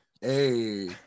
Hey